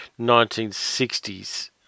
1960s